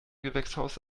gewächshaus